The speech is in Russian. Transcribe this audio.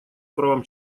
правам